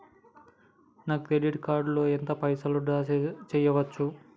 నా credit card లో ఎంత పైసల్ డ్రా చేయచ్చు?